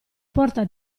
porta